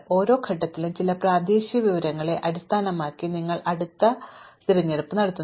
ഓരോ ഘട്ടത്തിലും ചില പ്രാദേശിക വിവരങ്ങളെ അടിസ്ഥാനമാക്കി നിങ്ങൾ അടുത്ത തിരഞ്ഞെടുപ്പ് നടത്തുന്നു